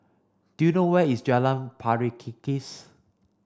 do you know where is Jalan Pari Kikis